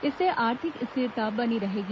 इससे आर्थिक स्थिरता बनी रहेगी